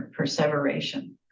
perseveration